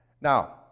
Now